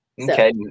okay